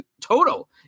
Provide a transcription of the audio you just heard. total